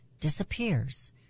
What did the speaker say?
disappears